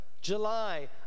July